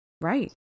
Right